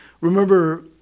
Remember